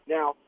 Now